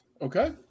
Okay